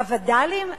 הווד"לים,